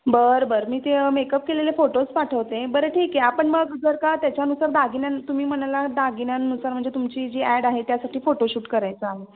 बरं बरं मी ते मेकअप केलेले फोटोज पाठवते बरं ठीक आहे आपण मग जर का त्याच्यानुसार दागिन्यां तुम्ही म्हणाला दागिन्यांनुसार म्हणजे तुमची जी ॲड आहे त्यासाठी फोटोशूट करायचं आहे